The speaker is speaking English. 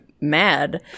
mad